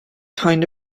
kind